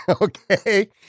okay